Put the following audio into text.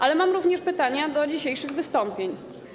Ale mam również pytania do dzisiejszych wystąpień.